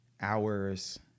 hours